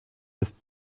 ist